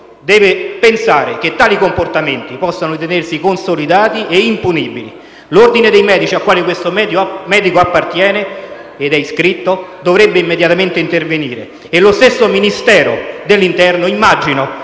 deve pensare che tali comportamenti possano ritenersi consolidati e impunibili. L'ordine dei medici a cui questo medico è iscritto dovrebbe immediatamente intervenire e lo smesso Ministero dell'interno - immagino